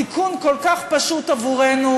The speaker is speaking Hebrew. תיקון כל כך פשוט עבורנו,